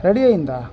ready అయ్యిందా